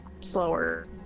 slower